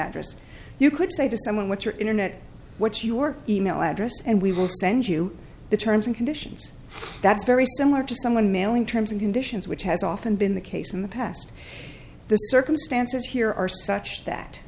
address you could say to someone what your internet what's your email address and we will send you the terms and conditions that's very similar to someone mailing terms and conditions which has often been the case in the past the circumstances here are such that